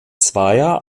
zweier